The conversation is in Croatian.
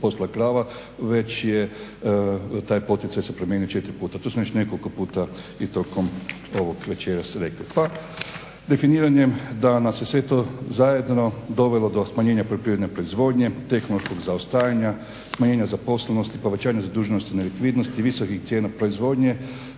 poslije krava, već je taj poticaj promijenio se četiri puta. Tu sam već nekoliko puta i tokom ovog večeras rekli. Pa definiranjem da nas je sve to zajedno dovelo do smanjenja poljoprivredne proizvodnje, tehnološkog zaostajanja, smanjenja zaposlenosti, povećanja zaduženosti, nelikvidnosti, visokih cijena proizvodnje